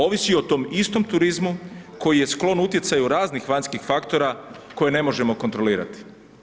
Ovisi o tom istom turizmu koji je sklon utjecaju raznih vanjskih faktora koje ne možemo kontrolirati.